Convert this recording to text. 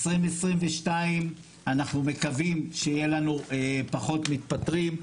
2022 אנחנו מקווים שיהיו לנו פחות מתפטרים.